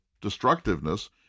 destructiveness